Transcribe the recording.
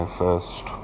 first